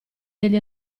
degli